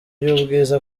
y’ubwiza